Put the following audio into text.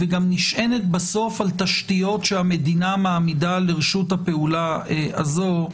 וגם נשענת בסוף על תשתיות שהמדינה מעמידה לרשות הפעולה הזו,